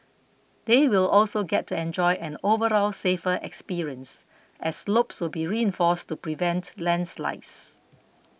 they will also get to enjoy an overall safer experience as slopes will be reinforced to prevent landslides